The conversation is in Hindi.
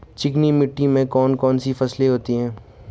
चिकनी मिट्टी में कौन कौन सी फसलें होती हैं?